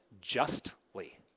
Justly